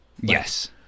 Yes